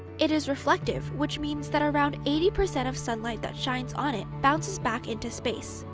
it is reflective, which means that around eighty percent of sunlight that shines on it bounces back into space.